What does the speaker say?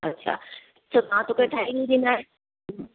अच्छा त मां तोखे ठाहे ॾींदीमांइ